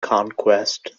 conquest